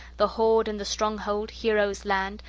the hoard and the stronghold, heroes' land,